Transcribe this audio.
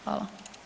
Hvala.